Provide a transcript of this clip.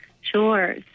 Sure